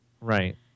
Right